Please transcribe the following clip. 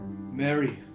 Mary